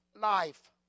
life